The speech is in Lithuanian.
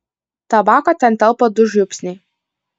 tabako ten telpa du žiupsniai